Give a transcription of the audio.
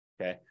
okay